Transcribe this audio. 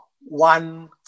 one